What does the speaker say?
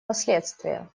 последствия